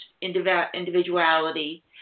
individuality